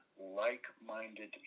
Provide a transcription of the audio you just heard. like-minded